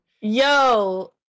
yo